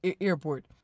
airport